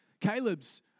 Caleb's